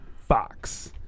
Fox